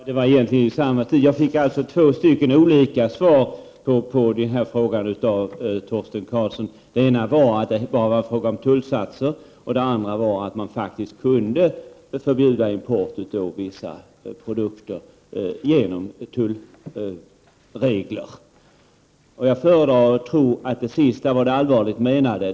Herr talman! Jag fick alltså av Torsten Karlsson två olika svar på frågan. Det ena var att det bara var fråga om tullsatser, och det andra var att man faktiskt kunde förbjuda import av vissa produkter genom tullregler. Jag föredrar att tro att det sista var det allvarligt menade.